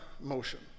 motion